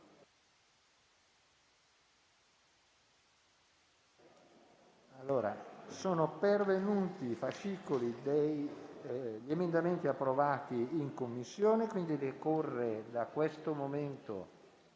sono pervenuti i fascicoli degli emendamenti approvati in Commissione. Decorre pertanto da questo momento